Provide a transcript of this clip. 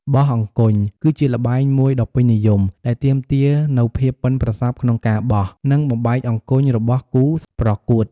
បោះអង្គញ់ គឺជាល្បែងមួយដ៏ពេញនិយម ដែលទាមទារនូវភាពប៉ិនប្រសប់ក្នុងការបោះ និងបំបែកអង្គញ់របស់គូប្រកួត។